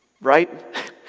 right